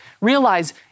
Realize